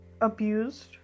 abused